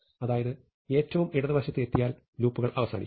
അതായത് ഏറ്റവും ഇടതുവശത്ത് എത്തിയാൽ ലൂപ്പുകൾ അവസാനിക്കും